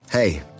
Hey